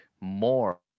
more